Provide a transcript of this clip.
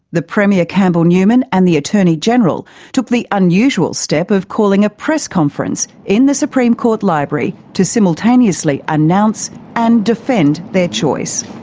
the premier campbell newman and the attorney general took the unusual step of calling a press conference in the supreme court library to simultaneously announce and defend their choice.